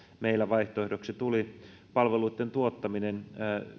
meillä vaihtoehdoksi tuli palveluitten tuottaminen